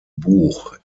buch